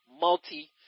multi